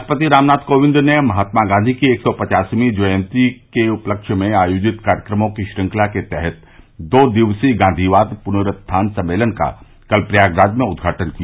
राष्ट्रपति रामनाथ कोविंद ने महात्मा गांधी की एक सौ पचासवीं जयंती के उपलक्ष्य में आयोजित कार्यक्रमों की श्रृंखला के तहत दो दिवसीय गांधीवाद पुनरुत्थान सम्मेलन का कल प्रयागराज में उद्घाटन किया